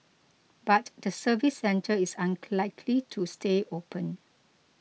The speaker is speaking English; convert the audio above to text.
but the service centre is likely to stay open